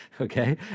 okay